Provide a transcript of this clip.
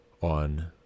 on